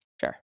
Sure